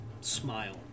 smile